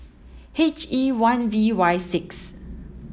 H E one V Y six